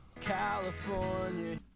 California